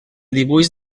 dibuix